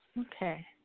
Okay